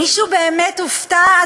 מישהו באמת הופתע,